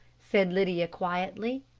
said lydia quietly.